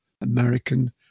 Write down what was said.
American